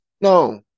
No